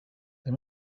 they